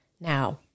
Now-